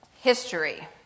history